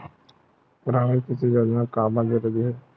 ग्रामीण कृषि योजना काबर जरूरी हे?